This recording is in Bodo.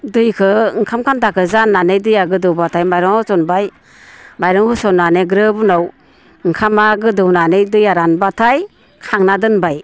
दैखौ ओंखाम खान्दाखौ जाननानै दैया गोदौबाथाय माइरं होसनबाय माइरं होसननानै ग्रोब उनाव ओंखामा गोदौनानै दैया रानबाथाय खांना दोनबाय